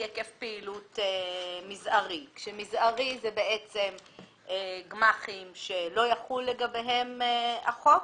היקף פעילות מזערי כאשר מזערי זה בעצם גמ"חים שלא יחול לגביהם החוק